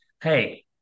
Hey